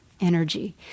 energy